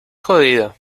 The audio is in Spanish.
jodido